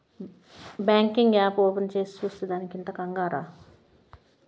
banking app open చేసి చూసే దానికి ఇంత కంగారే